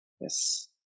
Yes